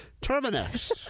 terminex